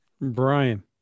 Brian